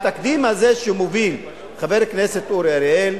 והתקדים הזה שמוביל חבר הכנסת אורי אריאל,